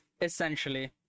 essentially